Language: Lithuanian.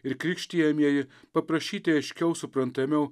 ir krikštijamieji paprašyti aiškiau suprantamiau